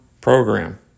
program